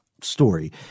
story